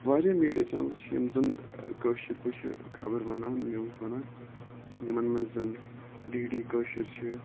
واریاہ میٖڈیا چَنلہٕ چھِ یِم زَن کٲشٕر پٲٹھۍ چھِ خَبَر وَنان نِوٕز وَنان یِمَن مَنٛز زَن ڈی ڈی کٲشٕر چھِ